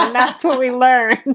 and that's what we learn.